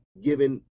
given